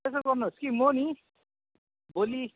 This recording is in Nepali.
यसो गर्नुहोस् कि म नि भोलि